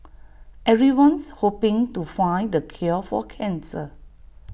everyone's hoping to find the cure for cancer